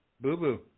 Boo-boo